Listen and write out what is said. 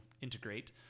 integrate